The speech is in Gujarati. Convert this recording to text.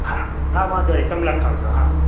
હા હા વાંધો નય તમ લખાવ જો હા